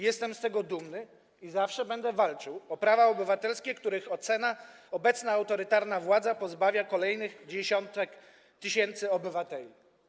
Jestem z tego dumny i zawsze będę walczył o prawa obywatelskie, których obecna autorytarna władza pozbawia kolejne dziesiątki tysięcy obywateli.